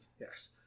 Yes